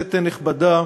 כנסת נכבדה,